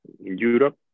Europe